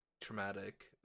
traumatic